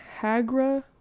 Hagra